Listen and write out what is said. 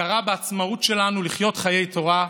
הכרה בעצמאות שלנו לחיות חיי תורה,